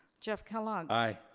jeff kellogg. i.